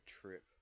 trip